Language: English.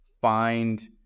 find